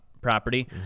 property